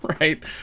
Right